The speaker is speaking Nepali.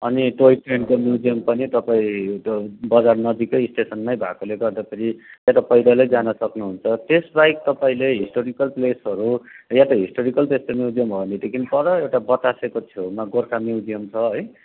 अनि टोय ट्रेनको म्युजियम पनि तपाईँ त बजार नजिक स्टेसनमा भएकोले गर्दाखेरि यता पैदल जान सक्नु हुन्छ त्यस बाहेक तपाईँले हिस्टोरिकल प्लेसहरू वा त हिस्टोरिकल त्यस्तो म्युजियम हो भनेदेखि पर एउटा बतासेको छेउमा गोर्खा म्युजियम छ है